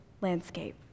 landscape